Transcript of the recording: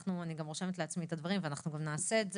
אני גם רושמת לעצמי את הדברים ואנחנו גם נעשה את זה,